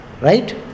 Right